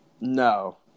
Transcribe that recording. No